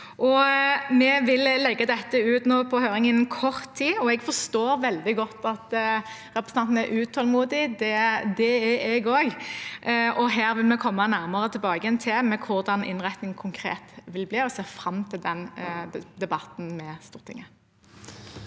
Vi vil sende dette ut på høring innen kort tid. Jeg forstår veldig godt at representanten er utålmodig – det er jeg også – men vi vil komme nærmere tilbake til hvordan innretningen konkret vil bli, og jeg ser fram til den debatten i Stortinget.